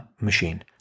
machine